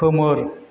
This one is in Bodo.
खोमोर